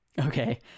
Okay